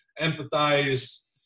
empathize